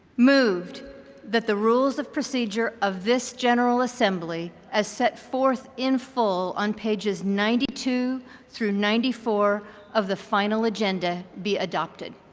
moved that the rules of procedure of this general assembly as set forth in full on pages ninety two through ninety four of the final agenda be adopted.